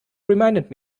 reminded